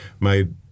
made